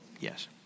Yes